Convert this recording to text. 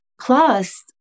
Plus